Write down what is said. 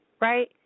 right